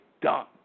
done